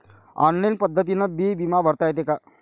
Online पद्धतीनं बी बिमा भरता येते का?